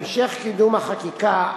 המשך קידום החקיקה ייערך,